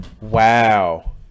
wow